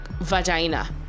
vagina